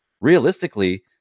realistically